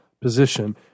position